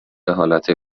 حالت